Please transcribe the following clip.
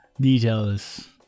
details